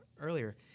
earlier